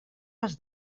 les